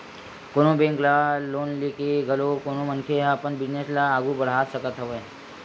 कोनो बेंक ले लोन लेके घलो कोनो मनखे ह अपन बिजनेस ल आघू बड़हा सकत हवय